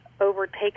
overtakes